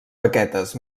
baquetes